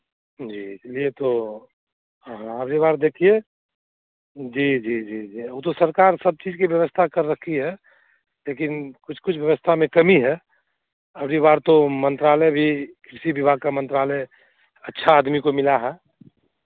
जी इसलिए तो हाँ हाँ अगली बार देखिए जी जी जी जी ऊ तो सरकार सब चीज़ की व्यवस्था कर रखी है लेकिन कुछ कुछ व्यवस्था में कमी है अगली बार तो मंत्रालय भी कृषि विभाग का मंत्रालय अच्छा आदमी को मिला है